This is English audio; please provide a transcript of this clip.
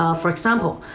um for example,